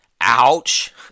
ouch